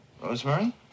Rosemary